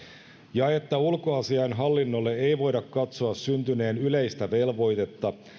ja että ulkoasianhallinnolle ei voida katsoa syntyneen yleistä velvoitetta